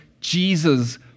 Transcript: Jesus